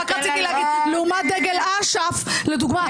רק רציתי להגיד לעומת דגל אש"ף לדוגמה,